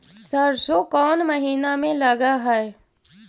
सरसों कोन महिना में लग है?